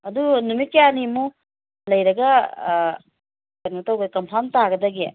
ꯑꯗꯨ ꯅꯨꯃꯤꯠ ꯀꯌꯥꯅꯤꯃꯨꯛ ꯂꯩꯔꯒ ꯀꯩꯅꯣ ꯇꯧꯕ ꯀꯟꯐꯥꯝ ꯇꯥꯒꯗꯒꯦ